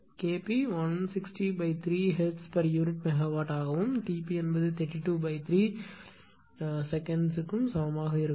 K p 1603 Hzpu MW ஆகவும் T p 323 வினாடிக்கு சமமாகவும் இருக்கும்